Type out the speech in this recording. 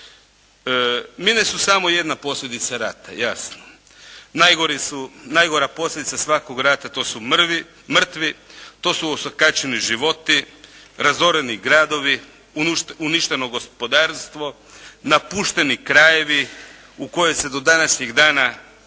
Mine su samo jedna posljedica rata jasno. Najgori su, najgora posljedica svakog rata to su mrtvi, to su osakaćeni životi, razoreni gradovi, uništeno gospodarstvo, napušteni krajevi u koje se do današnjeg dana ne